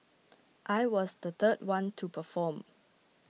I was the third one to perform